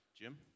Jim